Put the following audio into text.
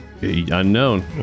Unknown